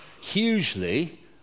hugely